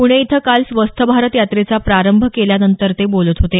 पुणे इथं काल स्वस्थ भारत यात्रेचा प्रारंभ केल्यानंतर ते बोलत होते